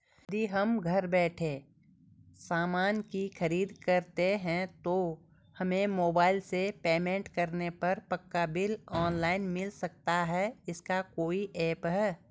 यदि हम घर बैठे सामान की खरीद करते हैं तो हमें मोबाइल से पेमेंट करने पर पक्का बिल ऑनलाइन मिल सकता है इसका कोई ऐप है